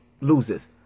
loses